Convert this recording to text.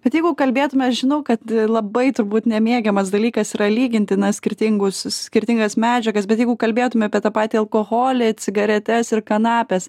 bet jeigu kalbėtume aš žinau kad labai turbūt nemėgiamas dalykas yra lyginti na skirtingus skirtingas medžiagas bet jeigu kalbėtume apie tą patį alkoholį cigaretes ir kanapes